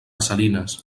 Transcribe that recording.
salinas